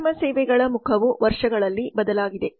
ಮಾಧ್ಯಮ ಸೇವೆಗಳ ಮುಖವು ವರ್ಷಗಳಲ್ಲಿ ಬದಲಾಗಿದೆ